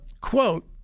quote